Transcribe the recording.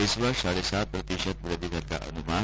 इस वर्ष साढ़े सात प्रतिशत वृद्धि दर का अनुमान